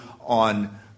on